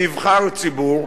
ונבחר ציבור,